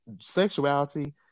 sexuality